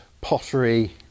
pottery